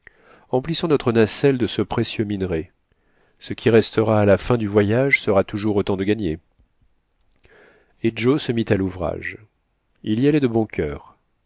emplissons notre nacelle de ce précieux minerai ce qui restera à la fin du voyage sera toujours autant de gagné et joe se mit à l'ouvrage il y allait de bon cur